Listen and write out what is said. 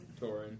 Torin